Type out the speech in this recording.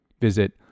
Visit